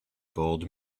bold